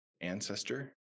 ancestor